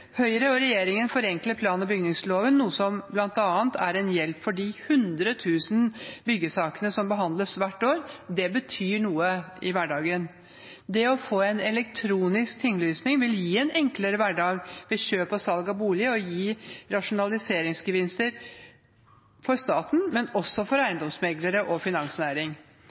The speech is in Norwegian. Høyre og regjeringen forenkler plan- og bygningsloven, noe som bl.a. er en hjelp for de 100 000 byggesakene som behandles hvert år. Det betyr noe i hverdagen. Elektronisk tinglysing vil gi en enklere hverdag ved kjøp og salg av bolig, og det vil gi rasjonaliseringsgevinster både for staten og for eiendomsmeglere og finansnæring.